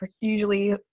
usually